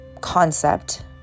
concept